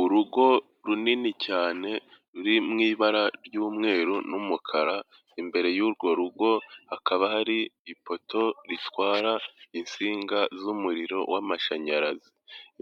Urugo runini cyane ruri mu ibara ry'umweru n'umukara, imbere y'urwo rugo hakaba hari ipoto ritwara insinga z'umuriro w'amashanyarazi.